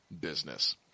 business